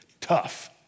Tough